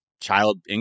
child